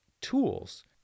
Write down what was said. tools